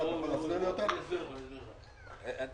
לסעיף 35(ב)(ג)(ד) לחוק הפיקוח על שירותים פיננסיים (ביטוח),